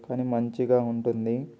కాని మంచిగా ఉంటుంది